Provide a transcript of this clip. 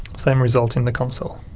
same result in the console.